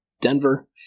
Denver